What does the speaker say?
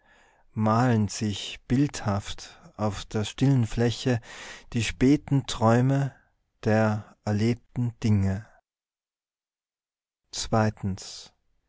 malen sich bildhaft auf der stillen fläche die späten träume der erlebten dinge